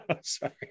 sorry